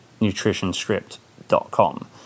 nutritionscript.com